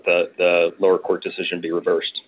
the lower court decision be reversed